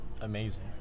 amazing